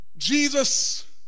Jesus